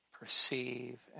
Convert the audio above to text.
perceive